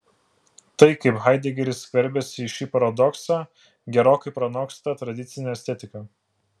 tai kaip haidegeris skverbiasi į šį paradoksą gerokai pranoksta tradicinę estetiką